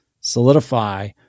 solidify